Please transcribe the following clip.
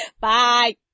bye